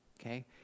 okay